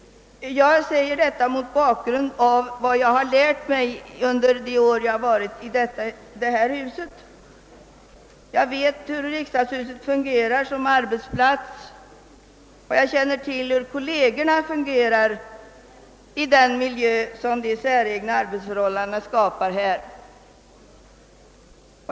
Jag har anfört alla dessa skäl mot bakgrunden av vad jag lärt mig under de år jag verkat i det nuvarande riksdagshuset. Jag vet hur riksdagshuset fungerar som arbetsplats och jag känner till :kollegernas reaktioner i den miljö som våra säregna arbetsförhållanden skapar.